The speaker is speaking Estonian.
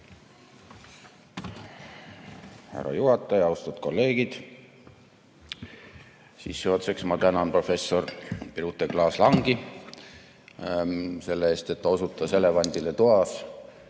Härra juhataja! Austatud kolleegid! Sissejuhatuseks ma tänan professor Birute Klaas-Langi selle eest, et ta osutas elevandile toas.